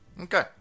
Okay